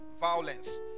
Violence